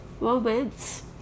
moments